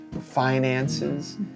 finances